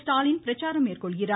ஸ்டாலின் பிரச்சாரம் மேற்கொள்கிறார்